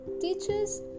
Teachers